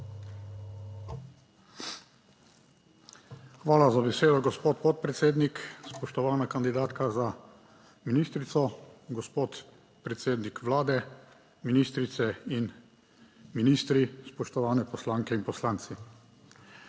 Hvala za besedo, gospod podpredsednik. Spoštovana kandidatka za ministrico, gospod predsednik Vlade, ministrice in ministri, spoštovane poslanke in poslanci.